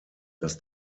dass